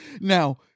Now